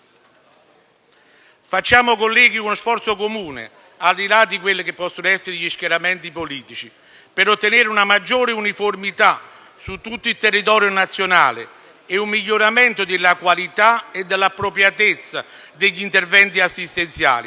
Facciamo, colleghi, uno sforzo comune, al di là degli schieramenti politici, per ottenere una maggiore uniformità su tutto il territorio nazionale e un miglioramento della qualità e dell'appropriatezza degli interventi assistenziali,